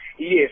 Yes